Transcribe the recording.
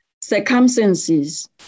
circumstances